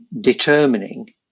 determining